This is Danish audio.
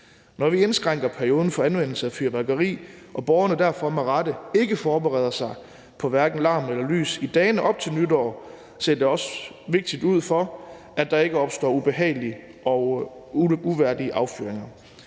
Når vi indskrænker perioden for anvendelse af fyrværkeri og borgerne derfor med rette ikke forbereder sig på hverken larm eller lys i dagene op til nytår, er det også vigtigt, i forhold til at der ikke opstår ubehagelige og unødvendige affyringer.